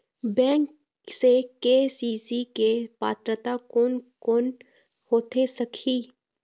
Bank से KCC के पात्रता कोन कौन होथे सकही?